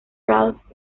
ralph